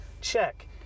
check